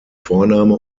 vorname